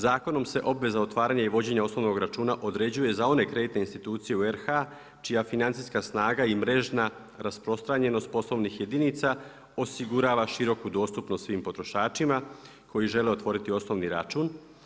Zakonom se obveza otvaranja i vođenja osnovnog računa određuje za one kreditne institucije u RH čija financijska snaga i mrežna rasprostranjenost poslovnih jedinica osigurava široku dostupnost svim potrošačima koji žele otvoriti osnovni račun.